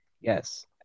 Yes